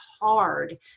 hard